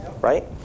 right